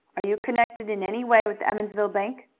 are you connected in any way with the emmonsville bank?